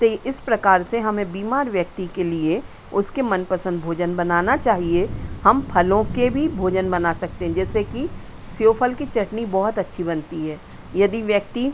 तो इस प्रकार से हमें बीमार व्यक्ति के लिए उसके मनपसंद भोजन बनाना चाहिए हम फलों के भी भोजन बना सकते हैं जैसे कि सेब फल की चटनी बहुत अच्छी बनती है यदि व्यक्ति